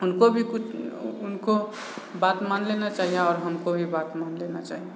उनको भी कुछ उनको बात मान लेना चाहिए आओर हमको भी बात मान लेना चाहिए